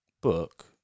book